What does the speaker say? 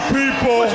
people